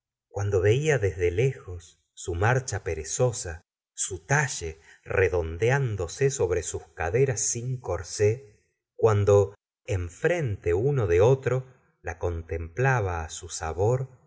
cuando veía desde lejos su marcha perezosa su talle redondeándose sobre sus caderas sin corsé cuando enfrente uno de otro la contemplaba a su sabor